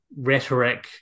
rhetoric